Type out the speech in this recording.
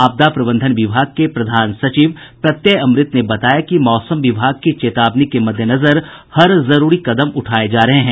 आपदा प्रबंधन विभाग के प्रधान सचिव प्रत्यय अमृत ने बताया कि मौसम विभाग की चेतावनी के मद्देनजर हर जरूरी कदम उठाये जा रहे हैं